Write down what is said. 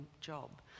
job